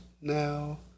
now